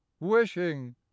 wishing